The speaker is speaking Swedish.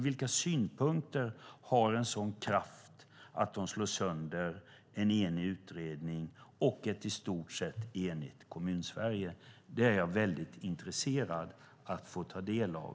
Vilka synpunkter har en sådan kraft att de slår sönder en enig utredning och ett i stort sett enigt Kommunsverige? Det är jag intresserad av att få ta del av.